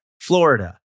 Florida